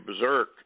berserk